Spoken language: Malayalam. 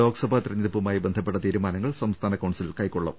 ലോക്സഭാ തെരഞ്ഞെടുപ്പുമായി ബന്ധപ്പെട്ട തീരുമാനങ്ങൾ സംസ്ഥാന കൌൺസിൽ കൈക്കൊള്ളും